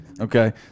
Okay